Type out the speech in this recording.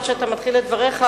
לפני שאתה מתחיל את דבריך,